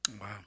Wow